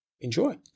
enjoy